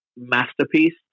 masterpiece